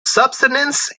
subsistence